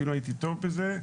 אפילו הייתי טוב בזה.